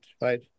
right